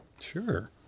Sure